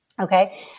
Okay